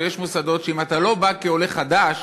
שיש מוסדות שאם אתה לא בא כעולה חדש